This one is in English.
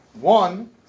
one